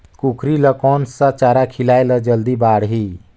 कूकरी ल कोन सा चारा खिलाय ल जल्दी बाड़ही?